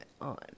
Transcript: on